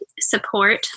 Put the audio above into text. support